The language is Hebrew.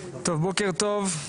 בוקר טוב.